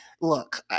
Look